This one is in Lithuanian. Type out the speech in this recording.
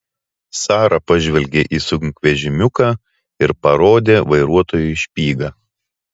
sara pažvelgė į sunkvežimiuką ir parodė vairuotojui špygą